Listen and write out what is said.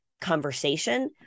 conversation